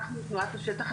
תנועת השטח,